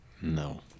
No